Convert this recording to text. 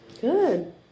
Good